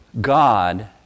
God